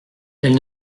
elle